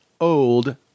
old